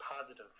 positive